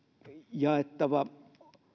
jaettava